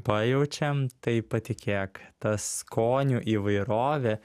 pajaučiam tai patikėk ta skonių įvairovė